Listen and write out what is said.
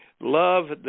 Love